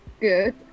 Good